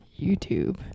YouTube